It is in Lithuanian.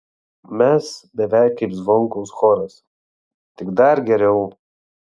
mes beveik kaip zvonkaus choras tik dar geriau